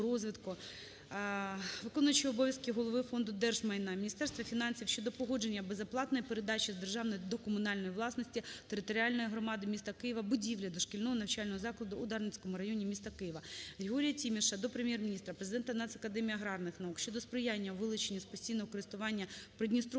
виконуючого обов'язки голови Фонду держмайна, Міністерства фінансів щодо погодження безоплатної передачі з державної до комунальної власності територіальної громади міста Києва будівлі дошкільного навчального закладу у Дарницькому районі міста Києва. ГригоріяТіміша до Прем'єр-міністра, Президента Нацакадемії аграрних наук щодо сприяння у вилученні з постійного користування Придністровської